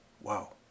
Wow